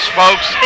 folks